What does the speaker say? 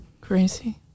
Crazy